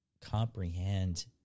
comprehend